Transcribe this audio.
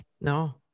No